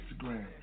Instagram